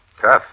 Tough